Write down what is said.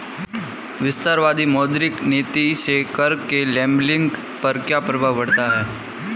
विस्तारवादी मौद्रिक नीति से कर के लेबलिंग पर क्या प्रभाव पड़ता है?